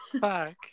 Fuck